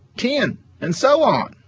ten and so on